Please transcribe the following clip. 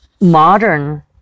modern